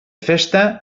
festa